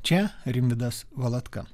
čia rimvydas valatka